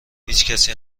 هیچکی